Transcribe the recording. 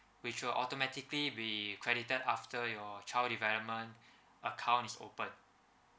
which will automatically be credited after your child development account is open